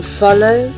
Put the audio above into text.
follow